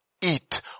eat